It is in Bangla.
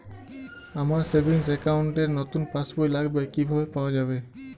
আমার সেভিংস অ্যাকাউন্ট র নতুন পাসবই লাগবে, কিভাবে পাওয়া যাবে?